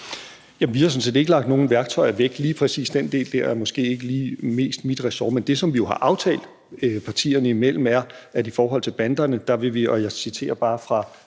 vi har sådan set ikke lagt nogen værktøjer væk. Lige præcis den del der er måske ikke lige mest mit ressort, men det, som vi jo har aftalt partierne imellem, er, at i forhold til banderne vil vi gøre følgende, og jeg citerer bare fra